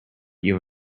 you